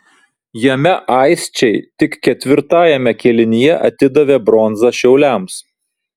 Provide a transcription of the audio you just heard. jame aisčiai tik ketvirtajame kėlinyje atidavė bronzą šiauliams